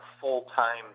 full-time